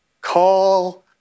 call